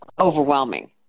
overwhelming